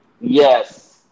Yes